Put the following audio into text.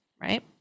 right